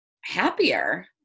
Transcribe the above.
happier